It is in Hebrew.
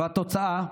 והתוצאה,